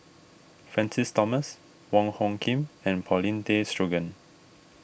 Francis Thomas Wong Hung Khim and Paulin Tay Straughan